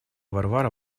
варвара